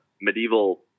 medieval